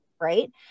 right